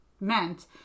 meant